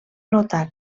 notar